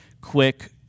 quick